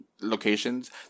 locations